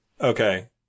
okay